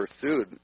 pursued